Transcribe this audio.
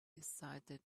excited